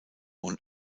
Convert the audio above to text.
und